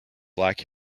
black